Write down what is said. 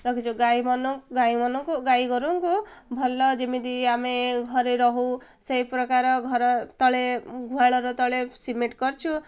ରଖିଛୁ ଗାଈମାନଙ୍କୁ ଗାଈ ଗୋରୁଙ୍କୁ ଭଲ ଯେମିତି ଆମେ ଘରେ ରହୁ ସେଇ ପ୍ରକାର ଘର ତଳେ ଗୁହାଳର ତଳେ ସିମେଣ୍ଟ୍ କରିଛୁ